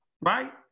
right